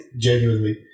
genuinely